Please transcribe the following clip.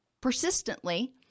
persistently